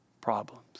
problems